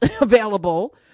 available